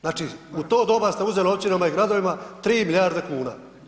Znači u to doba ste uzeli općinama i gradovima 3 milijarde kuna.